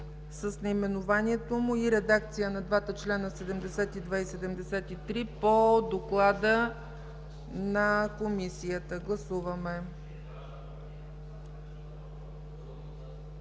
с наименованието му и редакция на двата члена 72 и 73 по Доклада на Комисията. Гласуваме.